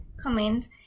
comment